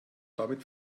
damit